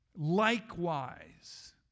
Likewise